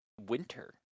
Winter